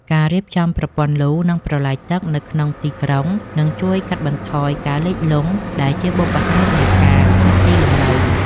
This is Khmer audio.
ការរៀបចំប្រព័ន្ធលូ និងប្រឡាយទឹកនៅក្នុងទីក្រុងនឹងជួយកាត់បន្ថយការលិចលង់ដែលជាបុព្វហេតុនៃការផ្លាស់ទីលំនៅ។